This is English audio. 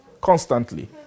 Constantly